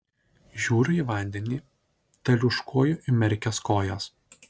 žiūriu į vandenį teliūškuoju įmerkęs kojas